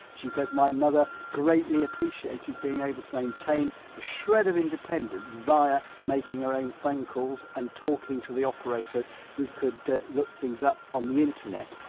she says my mother greatly appreciated being able to maintain a shred of independence via making her own phone calls and talking to the operators who could look things up on the internet.